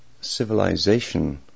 civilization